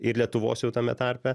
ir lietuvos jau tame tarpe